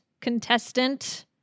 contestant